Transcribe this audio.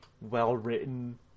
well-written